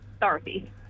Dorothy